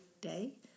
day